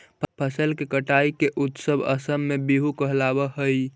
फसल के कटाई के उत्सव असम में बीहू कहलावऽ हइ